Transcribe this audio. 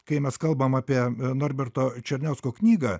kai mes kalbam apie norberto černiausko knygą